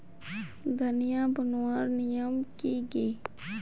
धनिया बूनवार नियम की गे?